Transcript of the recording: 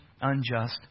unjust